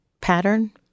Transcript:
pattern